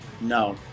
No